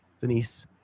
Denise